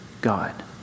God